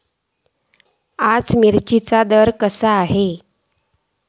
आज मिरचेचो भाव कसो आसा?